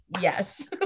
yes